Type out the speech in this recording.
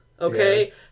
okay